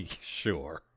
Sure